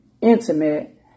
intimate